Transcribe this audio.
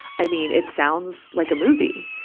i mean, it sounds like a movie.